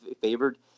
favored